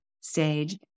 stage